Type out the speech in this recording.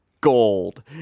gold